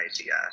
idea